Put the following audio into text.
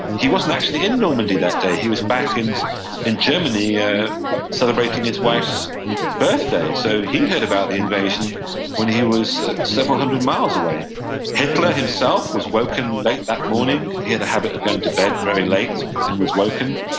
he wasn't actually in normandy that day. he was back and in germany ah celebrating his wife's birthday. so he heard about the invasion when he was several hundred miles away hitler himself was woken late that morning. he had a habit of going to bed very late and was woken.